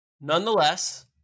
Nonetheless